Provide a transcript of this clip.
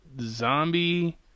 zombie